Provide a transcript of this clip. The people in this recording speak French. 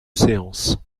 séance